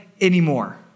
anymore